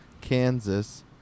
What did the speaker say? Kansas